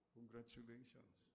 Congratulations